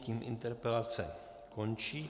Tím interpelace končí.